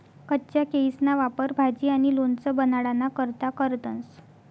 कच्चा केयीसना वापर भाजी आणि लोणचं बनाडाना करता करतंस